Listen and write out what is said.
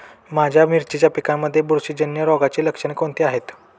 माझ्या मिरचीच्या पिकांमध्ये बुरशीजन्य रोगाची लक्षणे कोणती आहेत?